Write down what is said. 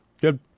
Good